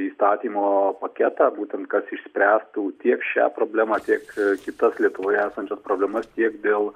įstatymo paketą būtent kas išspręstų tiek šią problemą tiek kitas lietuvoje esančias problemas dėl